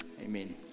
amen